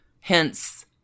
Hence